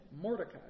Mordecai